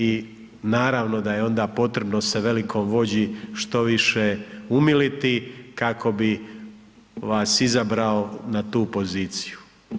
I naravno da je onda potrebno se velikom vođi što više umiliti kako bi vas izabrao na tu poziciju.